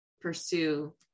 pursue